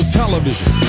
television